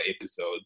episodes